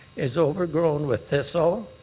is overgrown with thistle,